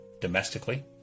domestically